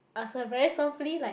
ask her very softly like